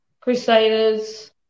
Crusaders